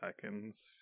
seconds